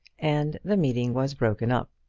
and the meeting was broken up.